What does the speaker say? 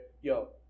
Yo